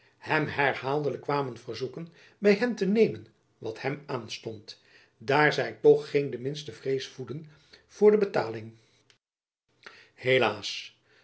hem herhaaldelijk kwamen verzoeken by hen te nemen wat hem aanstond daar zy toch geen de minste vrees voedden voor de betaling helaas